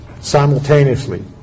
simultaneously